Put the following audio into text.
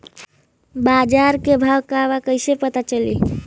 बाजार के भाव का बा कईसे पता चली?